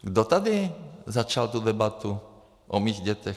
Kdo tady začal tu debatu o mých dětech?